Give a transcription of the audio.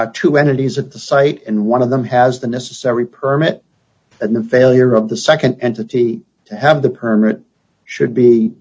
are two entities at the site and one of them has the necessary permit and the failure of the nd entity to have the permit should be